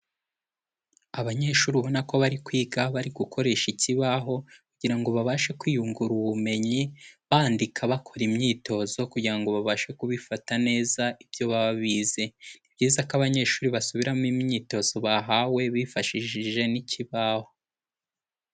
Abanyeshuri ubona ko bari kwiga bari gukoresha ikibaho kugira ngo babashe kwiyungura ubumenyi bandika, bakora imyitozo kugira ngo babashe kubifata neza ibyo baba bize. Ni byiza ko abanyeshuri basubiramo imyitozo bahawe bifashishije n'ikibaho.